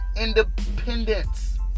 independence